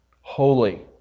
Holy